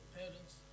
parents